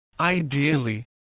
Ideally